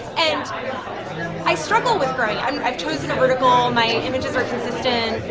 and i struggle with growing. um i've chosen a vertical, my images are consistent,